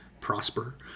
prosper